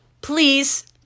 please